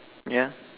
yeah